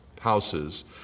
houses